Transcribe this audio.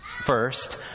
first